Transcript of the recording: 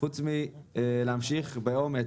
מנהרות הכרמל,